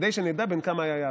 כדי שנדע בן כמה היה יעקב,